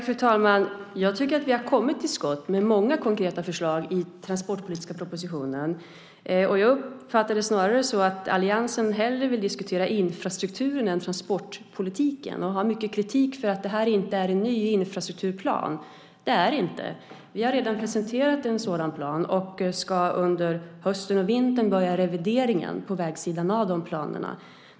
Fru talman! Jag tycker att vi har kommit till skott med många konkreta förslag i den transportpolitiska propositionen. Jag uppfattar det snarare som att alliansen hellre vill diskutera infrastrukturen än transportpolitiken, och man kritiserar att detta inte är en ny infrastrukturplan. Det är det inte, och vi har redan presenterat en sådan plan. Under hösten och vintern ska vi börja revideringen av planerna på vägsidan.